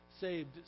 saved